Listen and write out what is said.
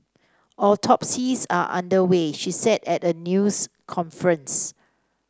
autopsies are under way she said at a news conference